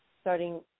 starting